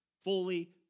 fully